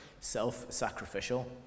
self-sacrificial